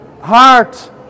heart